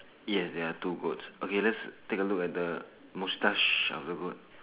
yes there are two goats okay let's take a look at the mustache of the goat